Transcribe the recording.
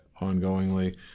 ongoingly